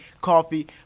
Coffee